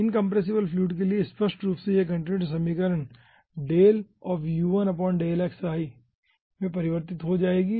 incompressible fluid के लिए स्पष्ट रूप से यह कंटीन्यूटी समीकरण में परिवर्तित हो जाएगी